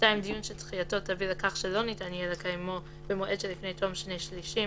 דיון שדחייתו תביא לכך שלא ניתן יהיה לקיימו במועד שלפני תום שני שלישים